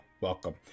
welcome